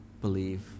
believe